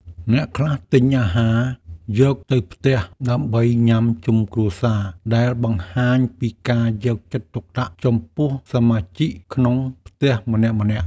អ្នកខ្លះទិញអាហារយកទៅផ្ទះដើម្បីញ៉ាំជុំគ្រួសារដែលបង្ហាញពីការយកចិត្តទុកដាក់ចំពោះសមាជិកក្នុងផ្ទះម្នាក់ៗ។